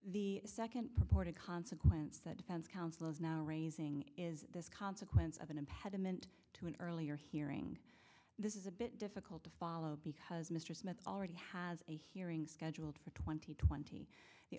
the second part a consequence that defense counsel is now raising is this consequence of an impediment to an earlier hearing this is a bit difficult to follow because mr smith already has a hearing scheduled for twenty twenty the